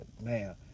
Man